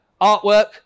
artwork